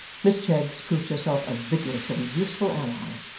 miss cheggs proved herself a vigourous and useful ally,